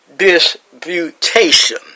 Disputation